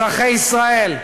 אזרחי ישראל,